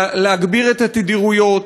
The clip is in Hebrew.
להגביר את התדירויות,